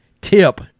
tip